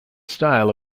style